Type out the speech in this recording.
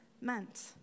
meant